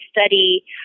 study